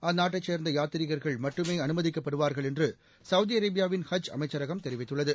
அந்நாட்டைச் சேர்ந்த யாத்ரிகர்கள் மட்டுமே அனுமதிக்கப்படுவார்கள் என்று சவுதி அரேபியாவிள் ஹஜ் அமைச்சரகம் தெரிவித்துள்ளது